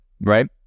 right